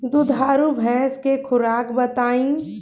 दुधारू भैंस के खुराक बताई?